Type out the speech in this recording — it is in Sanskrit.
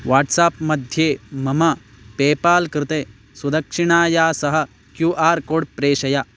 वाट्साप् मध्ये मम पेपाल् कृते सुदक्षिणाया सह क्यू आर् कोड् प्रेषय